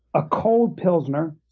a cold pilsner,